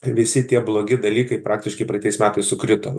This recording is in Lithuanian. visi tie blogi dalykai praktiškai praeitais metais sukrito